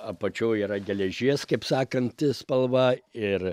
apačioje yra geležies kaip sakant spalva ir